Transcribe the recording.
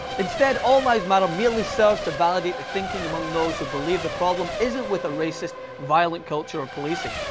instead, all lives matter merely serves to validate the thinking among those who believe the problem isn't with a racist, violent culture of policing,